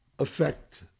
Affect